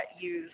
use